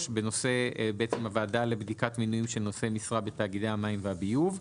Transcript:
בנושא הוועדה לבדיקת מינויים של נושא משרה בתאגידי המים והביוב.